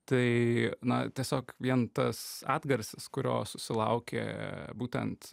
tai na tiesiog vien tas atgarsis kurio susilaukė būtent